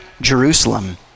Jerusalem